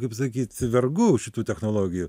kaip pasakyt vergu šitų technologijų